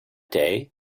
day